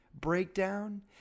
breakdown